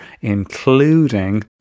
including